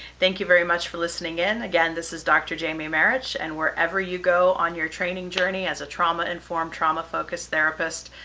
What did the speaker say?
thank you very much for listening in. again, this is dr. jamie marich. and wherever you go on your training journey as trauma-informed, trauma-focused therapist,